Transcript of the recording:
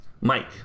Mike